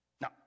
Now